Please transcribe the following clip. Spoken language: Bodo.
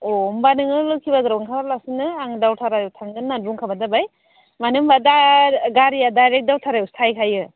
अ होनबा नोङो लोक्षी बाजाराव ओंखारालासिनो आं दावधारायाव थांगोन होननानै बुंखाबानो जाबाय मानो होनबा दा गारिया डायरेक्ट दावधारायावसो थाहैखायो